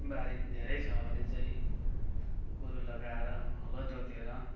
बारी धेरै छ भने चाहिँ गोरु लगाएर हलो जोतेर